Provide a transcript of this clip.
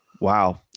Wow